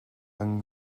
yng